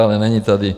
Ale není tady.